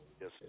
Yes